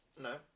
No